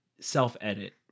self-edit